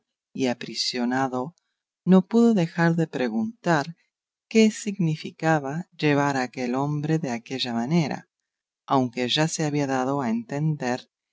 y aprisionado no pudo dejar de preguntar qué significaba llevar aquel hombre de aquella manera aunque ya se había dado a entender